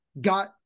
got